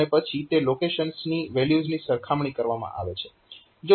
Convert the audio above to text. અને પછી તે લોકેશન્સની વેલ્યુઝની સરખામણી કરવામાં આવે છે